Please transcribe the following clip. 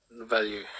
value